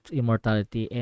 immortality